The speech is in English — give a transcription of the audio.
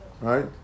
Right